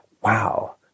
wow